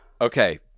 Okay